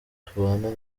tubana